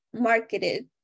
marketed